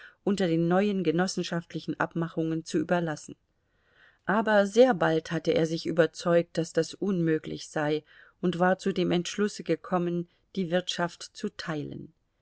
unter den neuen genossenschaftlichen abmachungen zu überlassen aber sehr bald hatte er sich überzeugt daß das unmöglich sei und war zu dem entschlusse gekommen die wirtschaft zu teilen